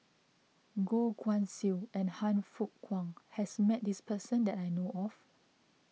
Goh Guan Siew and Han Fook Kwang has met this person that I know of